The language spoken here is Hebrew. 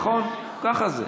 ככה זה.